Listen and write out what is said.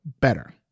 better